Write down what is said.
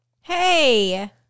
Hey